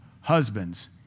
husbands